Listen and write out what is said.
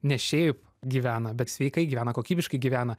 ne šiaip gyvena bet sveikai gyvena kokybiškai gyvena